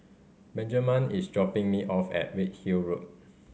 Benjiman is dropping me off at Redhill Road